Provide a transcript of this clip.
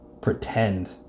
pretend